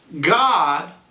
God